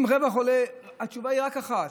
אם הרווח עולה התשובה היא רק אחת,